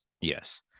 Yes